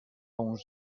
uns